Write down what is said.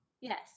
Yes